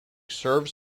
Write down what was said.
serves